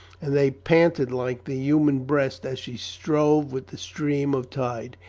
and they panted like the human breast as she strove with the stream of tide.